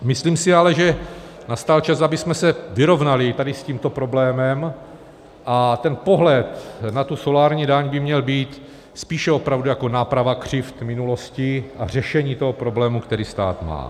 Myslím si ale, že nastal čas, abychom se vyrovnali tady s tímto problémem, a pohled na solární daň by měl být spíše opravdu jako náprava křivd v minulosti a řešení problému, který stát má.